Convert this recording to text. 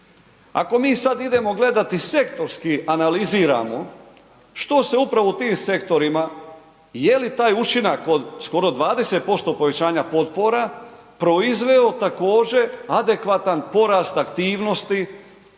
Ako mi sad idemo gledati sektorski, analiziramo što se upravo u tom sektorima, je li taj učinak od skoro 20% povećanja potpora, proizveo također adekvatan porast aktivnosti